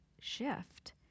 shift